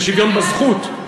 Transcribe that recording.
בשוויון בזכות.